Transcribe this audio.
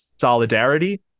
solidarity